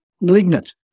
malignant